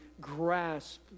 grasp